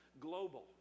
global